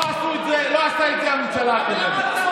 לא עשתה את זה הממשלה הקודמת.